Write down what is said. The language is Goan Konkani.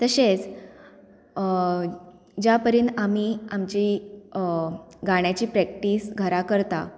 तशेंच ज्या परेन आमी आमची गाण्याची प्रॅक्टीस घरा करता